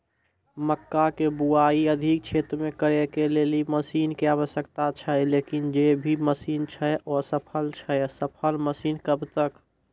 मक्का के बुआई अधिक क्षेत्र मे करे के लेली मसीन के आवश्यकता छैय लेकिन जे भी मसीन छैय असफल छैय सफल मसीन कब तक?